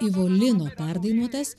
ivulino perdainuotas